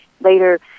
later